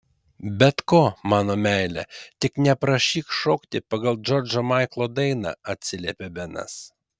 bet ko mano meile tik neprašyk šokti pagal džordžo maiklo dainą atsiliepė benas